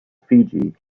fiji